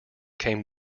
came